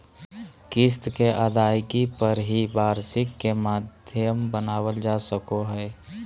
किस्त के अदायगी पर ही वार्षिकी के माध्यम बनावल जा सको हय